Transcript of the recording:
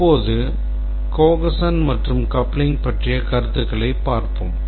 இப்போது cohesion மற்றும் coupling பற்றிய கருத்துகளைப் பார்ப்போம்